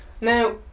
Now